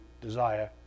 desire